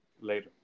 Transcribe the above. later